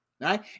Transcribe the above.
Right